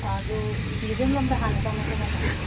ꯑꯗꯣ ꯃ꯭ꯌꯨꯖ꯭ꯌꯝ ꯂꯣꯝꯗ ꯍꯥꯟꯅ ꯆꯪꯂꯁꯦ ꯃꯦꯗꯥꯝ